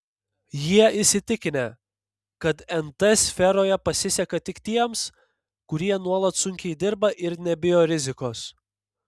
jie įsitikinę kad nt sferoje pasiseka tik tiems kurie nuolat sunkiai dirba ir nebijo rizikos